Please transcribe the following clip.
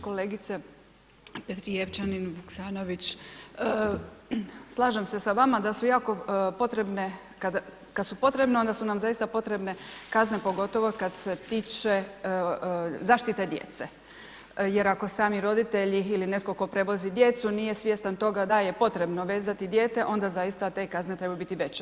Kolegice Petrijevčanin Vuksanović, slažem se sa vama da su jako potrebne, kad su potrebne, onda su nam zaista potrebne kazne pogotovo kad se tiče zaštite djece jer ako sami roditelji ili netko tko prevozi djecu nije svjestan toga da je potrebno vezati dijete onda zaista te kazne trebaju biti veće.